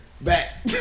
Back